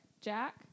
jack